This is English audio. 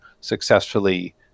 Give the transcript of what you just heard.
successfully